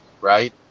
right